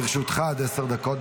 לרשותך עד עשר דקות,